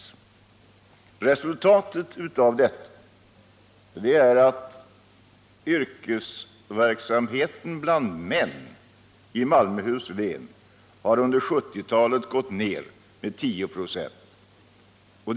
Som ett resultat av detta har yrkesverksamheten bland män i Malmöhus län under 1970-talet gått ned med 10 96.